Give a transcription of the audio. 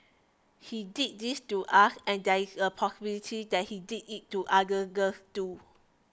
he did this to us and there is a possibility that he did it to other girls too